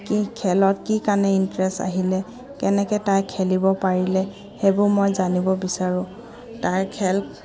কি খেলত কি কাৰণে ইণ্টাৰেষ্ট আহিলে কেনেকৈ তাই খেলিব পাৰিলে সেইবোৰ মই জানিব বিচাৰোঁ তাইৰ খেল